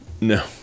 No